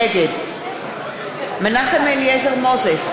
נגד מנחם אליעזר מוזס,